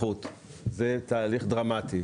אזרחות זה תהליך דרמטי.